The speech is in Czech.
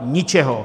Ničeho!